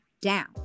down